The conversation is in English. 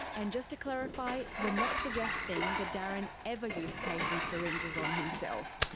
and just to clarify, we're not suggesting that darren ever used patients' syringes on himself.